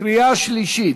קריאה שלישית.